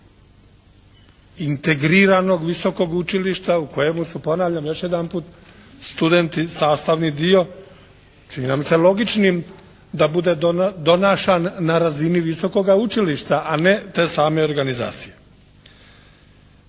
integriranog visokog učilišta u kojemu su ponavljam još jedanput studenti sastavni dio čini nam se logičnim da bude donašan na razini visokoga učilišta, a ne te same organizacije.